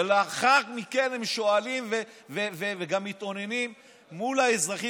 ולאחר מכן הם שואלים וגם מתאוננים מול האזרחים